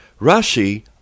Rashi